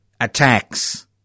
attacks